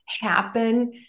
happen